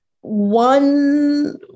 one